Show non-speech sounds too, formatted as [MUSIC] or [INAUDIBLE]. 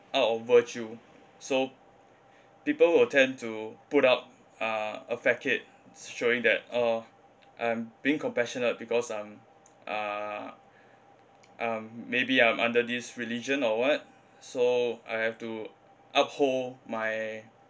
out of virtue so people will tend to put up uh a facade showing that oh I'm being compassionate because I'm uh [NOISE] um maybe I'm under this religion or what so I have to uphold my